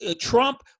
Trump